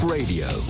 Radio